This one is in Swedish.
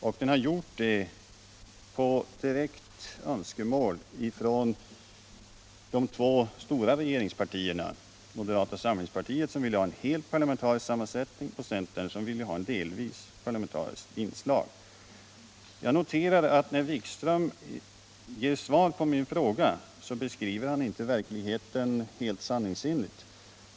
Och den har gjort det på direkt önskan härom från de två stora regeringspartierna: moderata samlingspartiet, som ville ha en helt parlamentarisk sammansättning, och centern, som ville ha ett parlamentariskt inslag. Jag noterar att när utbildningsministern nu svarar på min fråga, så beskriver han inte verkligheten helt sanningsenligt.